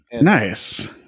Nice